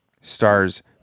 stars